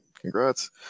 Congrats